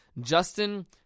Justin